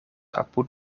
apud